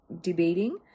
debating